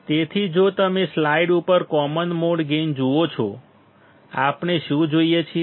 તેથી જો તમે સ્લાઇડ ઉપર કોમન મોડ ગેઇન જુઓ છો આપણે શું જોઈએ છીએ